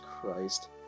Christ